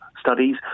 studies